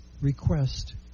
request